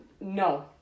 No